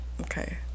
okay